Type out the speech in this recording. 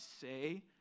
say